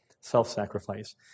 self-sacrifice